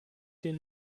den